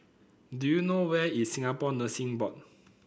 do you know where is Singapore Nursing Board